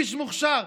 איש מוכשר.